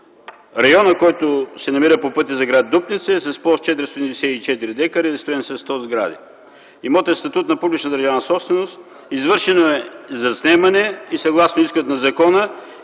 Районът, който се намира по пътя за гр. Дупница, е с площ 494 декара и е застроен със 100 сгради. Имотът е със статут на публична държавна собственост. Извършено е заснемане и съгласно изискванията на закона